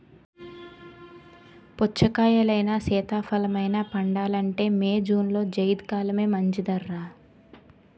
పుచ్చకాయలైనా, సీతాఫలమైనా పండాలంటే మే, జూన్లో జైద్ కాలమే మంచిదర్రా